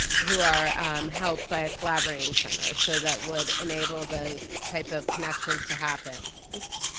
who are helped by collaborating centers. so that would enable those type of connections to happen. opps,